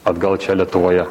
atgal čia lietuvoje